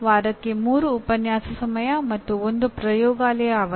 ಅಂದರೆ ವಾರಕ್ಕೆ 3 ಉಪನ್ಯಾಸ ಸಮಯ ಮತ್ತು 1 ಪ್ರಯೋಗಾಲಯ ಅವಧಿ